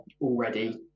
already